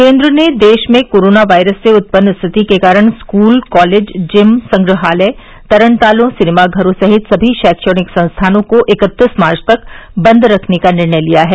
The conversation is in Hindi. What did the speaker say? केंद्र ने देश में कोरोना वायरस से उत्पन्न रिथिति के कारण स्कूल कॉलेज जिम संग्रहालय तरणतालों सिनेमाघरों सहित सभी शैक्षणिक संस्थानों को इकत्तीस मार्च तक बंद रखने का निर्णय लिया है